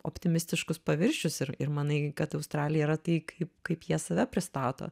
optimistiškus paviršius ir ir manai kad australija yra tai kaip kaip jie save pristato